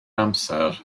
amser